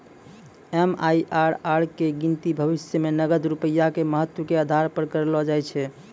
MIRR के गिनती भविष्यो मे नगद रूपया के महत्व के आधार पे करलो जाय छै